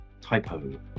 typo